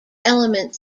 element